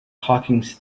harkins